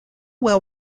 well